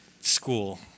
school